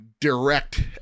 direct